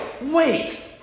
wait